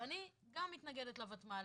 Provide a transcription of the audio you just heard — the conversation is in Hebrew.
אני גם מתנגדת לוותמ"ל,